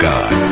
God